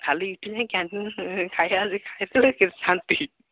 ଖାଲି ଏଠୁ ଯାଇଁ କ୍ୟାଣ୍ଟିନରୁ ଖାଇବା ଯଦି ଶାନ୍ତି